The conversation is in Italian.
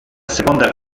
seconda